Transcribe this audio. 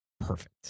perfect